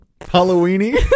halloweeny